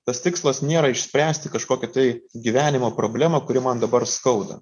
tas tikslas nėra išspręsti kažkokią tai gyvenimo problemą kuri man dabar skauda